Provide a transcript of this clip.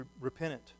repentant